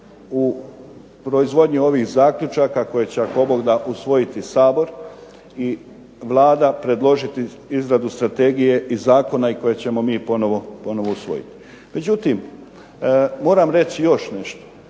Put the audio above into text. u proizvodnji ovih zaključaka ako će ako Bog da usvojiti Sabor, i Vlada predložiti izradu strategije i zakona i koje ćemo mi ponovo usvojiti. Međutim moram reći još nešto.